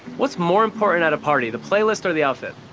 what's more important at a party, the playlist or the outfit?